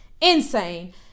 insane